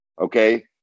okay